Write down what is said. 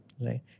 Right